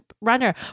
runner